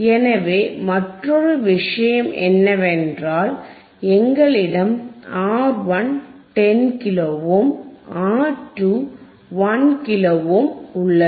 எனவே மற்றொரு விஷயம் என்னவென்றால் எங்களிடம் R1 10 kilo ohm R 2 1 kilo ohm உள்ளது